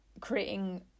creating